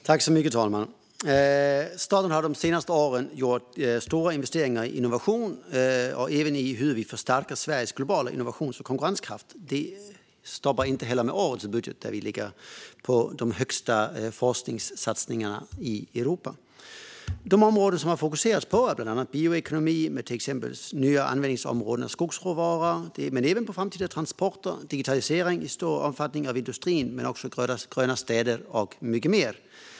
Fru talman! Staten har de senaste åren gjort stora investeringar i innovation, även i hur vi förstärker Sveriges globala innovations och konkurrenskraft. Det stannar inte heller med årets budget där de största forskningssatsningarna i Europa görs. De områden som man har fokuserat på är bland annat bioekonomi med till exempel nya användningsområden för skogsråvara, men även framtida transporter, digitalisering i stor omfattning av industrin, gröna städer och mycket mer.